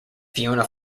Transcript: fiona